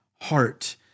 heart